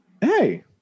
hey